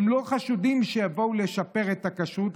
הם לא חשודים שיבואו לשפר את הכשרות,